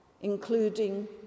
including